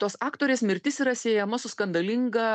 tos aktorės mirtis yra siejama su skandalinga